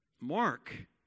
Mark